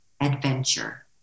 adventure